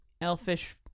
elfish